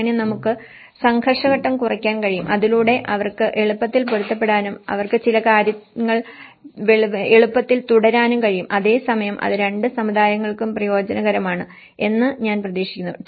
അങ്ങനെ നമുക്ക് സംഘർഷ ഘട്ടം കുറയ്ക്കാൻ കഴിയും അതിലൂടെ അവർക്ക് എളുപ്പത്തിൽ പൊരുത്തപ്പെടാനും അവർക്ക് ചില കാര്യങ്ങൾ എളുപ്പത്തിൽ തുടരാനും കഴിയും അതേ സമയം അത് രണ്ട് സമുദായങ്ങൾക്കും പ്രയോജനകരമാണ് എന്ന് ഞാൻ പ്രതീക്ഷിക്കുന്നു